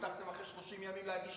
הבטחתם אחרי 30 ימים להגיש